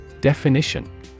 Definition